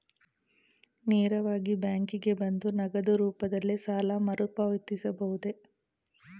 ನೇರವಾಗಿ ಬ್ಯಾಂಕಿಗೆ ಬಂದು ನಗದು ರೂಪದಲ್ಲೇ ಸಾಲ ಮರುಪಾವತಿಸಬಹುದೇ?